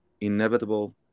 inevitable